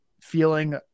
feeling